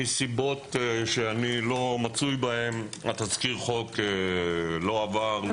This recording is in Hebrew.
מסיבות שאני לא מצוי בהן תזכיר החוק לא עבר.